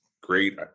great